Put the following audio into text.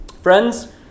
Friends